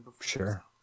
Sure